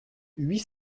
huit